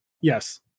Yes